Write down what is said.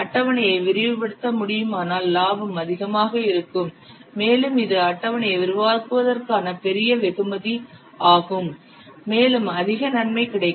அட்டவணையை விரிவுபடுத்த முடியுமானால் லாபம் அதிகமாக இருக்கும் மேலும் இது அட்டவணையை விரிவாக்குவதற்கான பெரிய வெகுமதி ஆகும் மேலும் அதிக நன்மை கிடைக்கும்